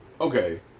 Okay